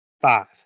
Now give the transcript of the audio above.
Five